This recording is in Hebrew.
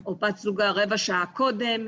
או בת זוגתה רבע שעה קודם,